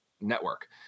network